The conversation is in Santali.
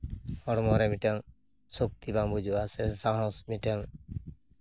ᱦᱚᱲᱢᱚᱨᱮ ᱢᱤᱫᱴᱟᱱ ᱥᱚᱠᱛᱤ ᱵᱟᱝ ᱵᱩᱡᱩᱜᱼᱟ ᱥᱮ ᱥᱟᱦᱚᱥ ᱢᱤᱫᱴᱮᱱ